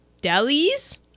deli's